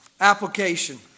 application